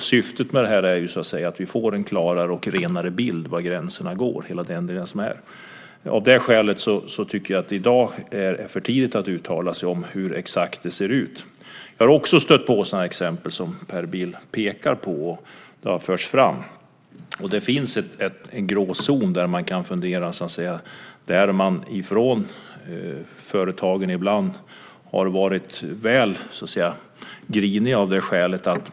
Syftet är att vi ska få en klarare bild av var gränserna går. Av det skälet är det för tidigt att i dag uttala sig om hur det exakt ser ut. Jag har också stött på exempel som dem Per Bill tar upp. Det finns en gråzon där. Ibland har man från företagens sida varit väl grinig.